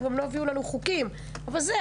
גם לא יביאו לנו חוקים,